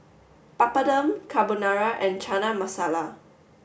Papadum Carbonara and Chana Masala